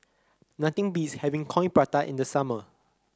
nothing beats having Coin Prata in the summer